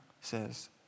says